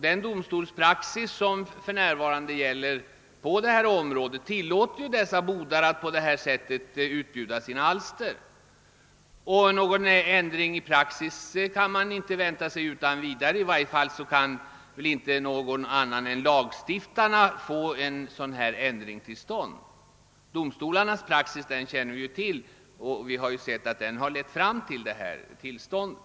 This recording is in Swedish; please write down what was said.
Den domstolspraxis som för närvarande gäller på detta område tillåter dessa bodar att utbjuda sina alster, och någon ändring av praxis utan vidare kan vi inte vänta oss — i varje fall kan inte någon annan än lagstiftarna få till stånd en ändring. Vi känner till domstolarnas praxis och har sett att den har lett fram till det nuvarande tillståndet.